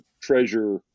treasure